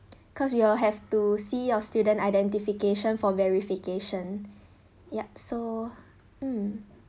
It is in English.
cause we will have to see your student identification for verification yup so mm